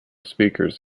speakers